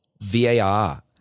VAR